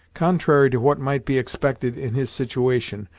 contrary to what might be expected in his situation,